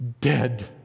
Dead